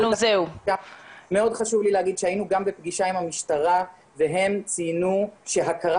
מאוד חשוב לי לומר שהיינו גם בפגישה עם המשטרה והם ציינו שהכרה